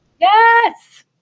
Yes